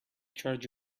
charge